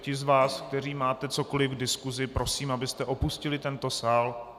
Ti z vás, kteří máte cokoliv k diskusi, prosím, abyste opustili tento sál.